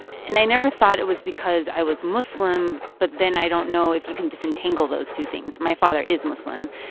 and i never thought it was because i was muslim, but then i don't know if you can disentangle those two things. my father is muslim.